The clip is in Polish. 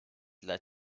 dla